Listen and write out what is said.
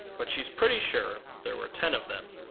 but she's pretty sure there were ten of them.